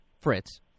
Fritz